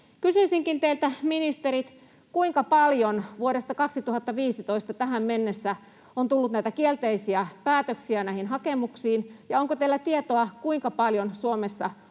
Kysyisinkin teiltä, ministerit: Kuinka paljon vuodesta 2015 tähän mennessä on tullut kielteisiä päätöksiä näihin hakemuksiin? Ja onko teillä tietoa, kuinka paljon Suomessa oleskelee